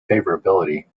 favorability